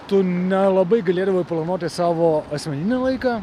tu nelabai galėdavai planuoti savo asmeninį laiką